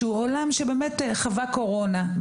שהוא עולם שחווה קורונה,